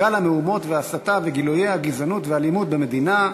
גל המהומות וההסתה וגילויי הגזענות והאלימות במדינה,